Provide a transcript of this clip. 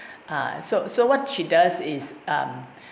uh so so what she does is um